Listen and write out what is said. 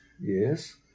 yes